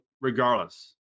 regardless